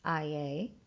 IA